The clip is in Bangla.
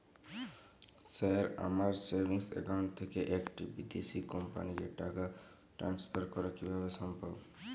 স্যার আমার সেভিংস একাউন্ট থেকে একটি বিদেশি কোম্পানিকে টাকা ট্রান্সফার করা কীভাবে সম্ভব?